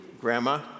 grandma